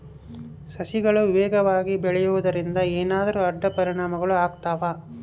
ಸಸಿಗಳು ವೇಗವಾಗಿ ಬೆಳೆಯುವದರಿಂದ ಏನಾದರೂ ಅಡ್ಡ ಪರಿಣಾಮಗಳು ಆಗ್ತವಾ?